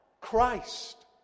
Christ